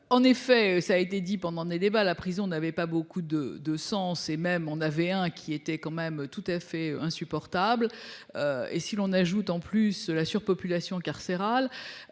En effet, ça a été dit pendant les débats, la prison n'avait pas beaucoup de, de sens et même en avait un qui était quand même tout à fait insupportable. Et si l'on ajoute en plus la surpopulation carcérale.